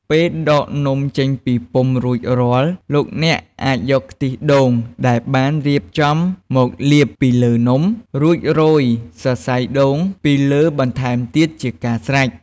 ពេលដកនំចេញពីពុម្ពរួចរាល់ លោកអ្នកអាចយកខ្ទិះដូងដែលបានរៀបចំមកលាបពីលើនំ រួចរោយសរសៃដូងពីលើបន្ថែមជាការស្រេច។